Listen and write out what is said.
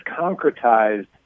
concretized